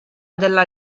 della